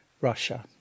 Russia